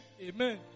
Amen